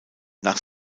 nach